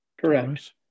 Correct